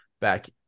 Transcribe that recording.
back